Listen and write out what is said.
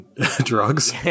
Drugs